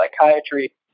Psychiatry